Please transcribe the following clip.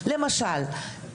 למשל,